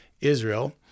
Israel